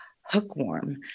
hookworm